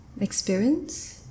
experience